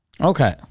Okay